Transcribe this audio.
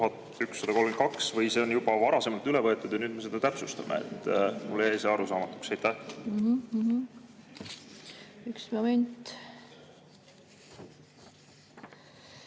2017/1132 või see on juba varasemalt üle võetud ja nüüd me seda täpsustame? Mulle jäi see arusaamatuks. Üks moment.